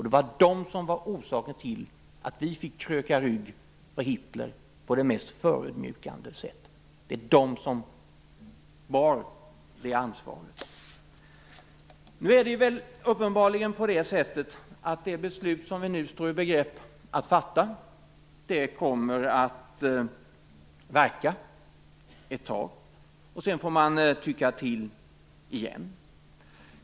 Det var de som var orsaken till att vi fick kröka rygg för Hitler på det mest förödmjukande sätt. Det är de som bar det ansvaret. Det beslut som vi nu står i begrepp att fatta kommer att verka ett tag. Sedan får man tycka till igen.